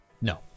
No